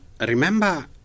remember